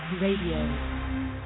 radio